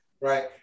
Right